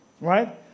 right